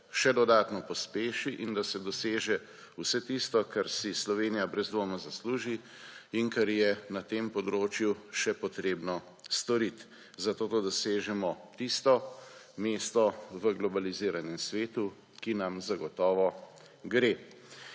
še dodatno pospeši in da se doseže vse tisto, kar si Slovenija brez dvoma zasluži in kar je na tem področju še potrebno storit, zato, da dosežemo tisto mesto v globaliziranem svetu, ki nam zagotovo gre.